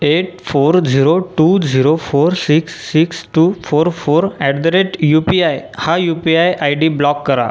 eight four zero two zero four six six two four four at the rate U P I हा U P I I D block करा